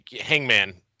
hangman